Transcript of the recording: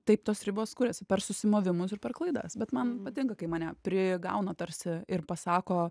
taip tos ribos kuriasi per susimovimus ir per klaidas bet man patinka kai mane prigauna tarsi ir pasako